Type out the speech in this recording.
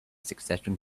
succession